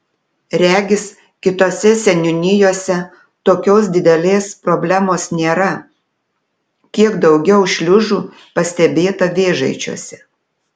regis kitose seniūnijose tokios didelės problemos nėra kiek daugiau šliužų pastebėta vėžaičiuose